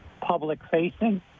public-facing